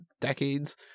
decades